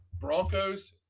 Broncos